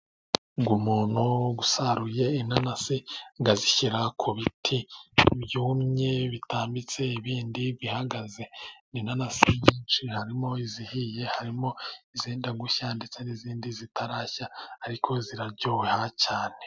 Ngo umuntu usaruye inanasi ngo azishyira ku biti byumye bitambitse ibindi bihagaze. Ni inanasi nyinshi harimo izihiye, harimo izenda gushya, ndetse n'izindi zitarashya, ariko ziraryoha cyane.